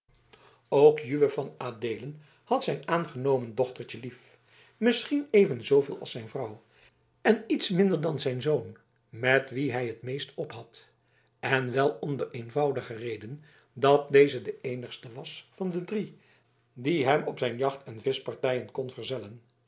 ook juwe van adeelen had zijn aangenomen dochtertje lief misschien even zooveel als zijn vrouw en iets minder dan zijn zoon met wien hij het meest ophad en wel om de eenvoudige reden dat deze de eenigste was van de drie die hem op zijn jacht en vischpartijen kon verzellen